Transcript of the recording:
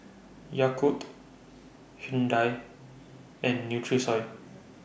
Yakult Hyundai and Nutrisoy